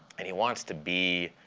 and he wants to be